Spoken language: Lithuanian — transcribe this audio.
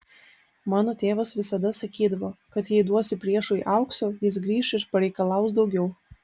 mano tėvas visada sakydavo kad jei duosi priešui aukso jis grįš ir pareikalaus daugiau